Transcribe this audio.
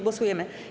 Głosujemy.